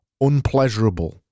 unpleasurable